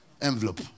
envelope